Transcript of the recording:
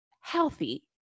healthy